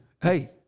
Hey